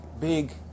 big